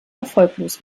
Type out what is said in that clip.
erfolglos